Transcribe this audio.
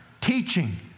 teaching